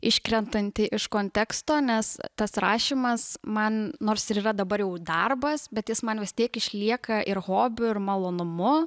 iškrentanti iš konteksto nes tas rašymas man nors ir yra dabar jau darbas bet jis man vis tiek išlieka ir hobiu ir malonumu